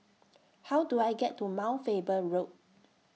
How Do I get to Mount Faber Road